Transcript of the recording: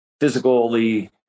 physically